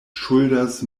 ŝuldas